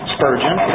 Spurgeon